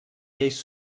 lleis